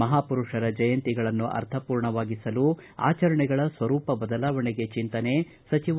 ಮಹಾಪುರುಷರ ಜಯಂತಿಗಳನ್ನು ಅರ್ಥಪೂರ್ಣವಾಗಿಸಲು ಆಚರಣೆಗಳ ಸ್ವರೂಪ ಬದಲಾವಣೆಗೆ ಚಿಂತನೆ ಸಚಿವ